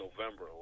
November